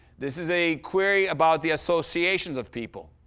this is a query about the associations of people